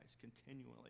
continually